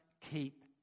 keep